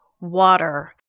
water